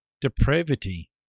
depravity